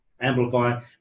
Amplify